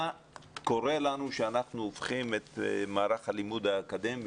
קורה לנו שאנחנו הופכים את מערך הלימוד האקדמי,